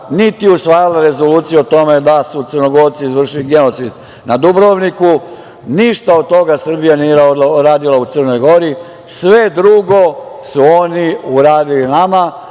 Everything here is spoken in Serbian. niti usvajala rezoluciju o tome da su Crnogorci izvršili genocid nad Dubrovnikom. Ništa od toga Srbija nije uradila u Crnoj Gori. Sve drugo su oni uradili nama,